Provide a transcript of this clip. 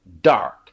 dark